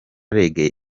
reggae